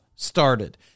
Started